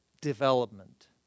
development